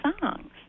songs